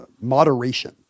moderation